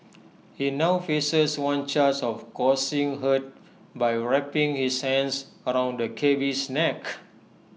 he now faces one charge of causing hurt by wrapping his hands around the cabby's neck